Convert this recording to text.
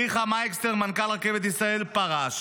מיכה מייקסנר, מנכ"ל רכבת ישראל, פרש.